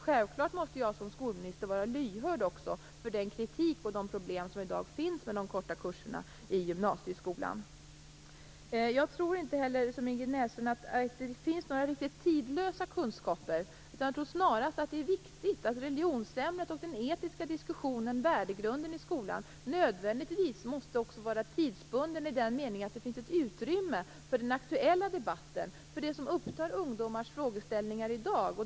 Självklart måste jag som skolminister vara lyhörd också för den kritik och de problem som i dag finns när det gäller de korta kurserna i gymnasieskolan. Jag tror inte heller som Ingrid Näslund att det finns några riktigt tidlösa kunskaper. Jag tror snarast att det är viktigt att religionsämnet och den etiska diskussionen, värdegrunden i skolan, är tidsbunden i den meningen att det finns ett utrymme för den aktuella debatten, för det som upptar ungdomars frågeställningar i dag.